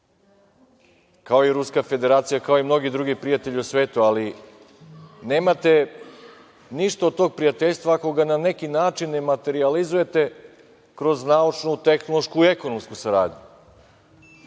kao i Ruska Federacija, kao i mnogi drugi prijatelji u svetu, ali nemate ništa od tog prijateljstva ako ga na neki način ne materijalizujete kroz naučnu, tehnološku i ekonomsku saradnju.